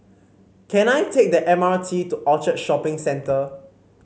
can I take the M R T to Orchard Shopping Centre